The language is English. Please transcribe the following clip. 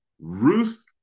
Ruth